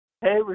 Hey